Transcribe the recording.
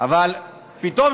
אבל פתאום,